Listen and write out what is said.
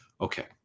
Okay